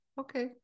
Okay